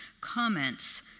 comments